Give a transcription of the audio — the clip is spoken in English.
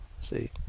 see